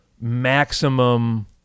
maximum